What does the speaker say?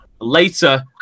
later